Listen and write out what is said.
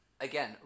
Again